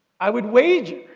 i would wager